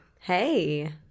hey